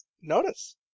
Notice